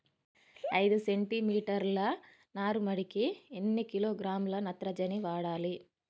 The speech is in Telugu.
ఐదు సెంటిమీటర్ల నారుమడికి ఎన్ని కిలోగ్రాముల నత్రజని వాడాలి?